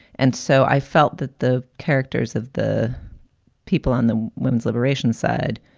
and so i felt that the characters of the people on the women's liberation side,